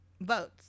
votes